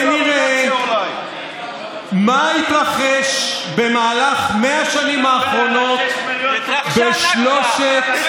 ונראה מה התרחש במהלך 100 השנים האחרונות בשלושת המנדטים,